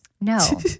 No